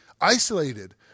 Isolated